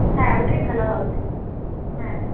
হ্যাঁ ওটাই ভালো হবে হ্যাঁ